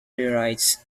rewrites